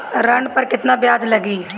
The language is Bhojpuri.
ऋण पर केतना ब्याज लगी?